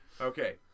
Okay